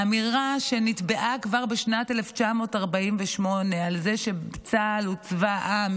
האמירה שנטבעה כבר בשנת 1948 על זה שצה"ל הוא צבא העם,